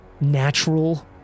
Natural